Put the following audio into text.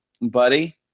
buddy